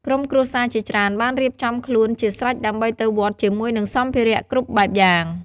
ក្រុមគ្រួសារជាច្រើនបានរៀបចំខ្លួនជាស្រេចដើម្បីទៅវត្តជាមួយនឹងសម្ភារគ្រប់បែបយ៉ាង។